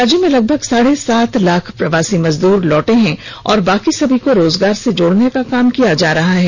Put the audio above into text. राज्य में लगभग साढे सात लाख प्रवासी मजदूर लौटे हैं और बाकी सभी को रोजगार से जोड़ने का काम किया जा रहा है